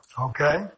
Okay